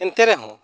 ᱮᱱᱛᱮ ᱨᱮᱦᱚᱸ